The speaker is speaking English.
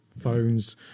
phones